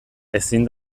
ezin